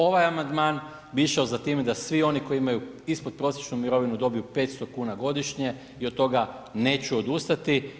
Ovaj amandman bi išao za time da svi oni koji imaju ispod prosječnu mirovinu dobiju 500 kuna godišnje i od toga neću odustati.